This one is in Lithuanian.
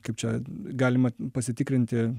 kaip čia galima pasitikrinti